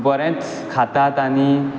बरेंच खातात आनी